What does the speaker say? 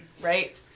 right